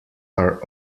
are